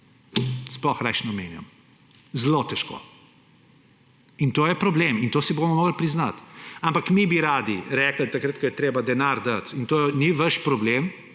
sploh rajši ne omenjam, zelo težko. In to je problem in to si bomo morali priznati. Ampak mi bi radi rekli takrat, ko je treba denar dati, in to ni vaš problem,